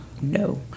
No